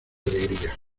alegría